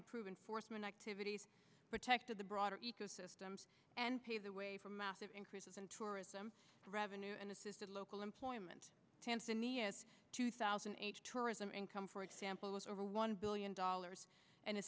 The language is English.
improve enforcement activities protected the broader ecosystems and pave the way for massive increases in tourism revenue and assisted local employment tanzania's two thousand h r is an income for example is over one billion dollars and